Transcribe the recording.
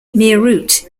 meerut